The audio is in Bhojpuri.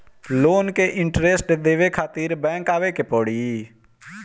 लोन के इन्टरेस्ट देवे खातिर बैंक आवे के पड़ी?